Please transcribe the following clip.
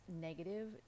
negative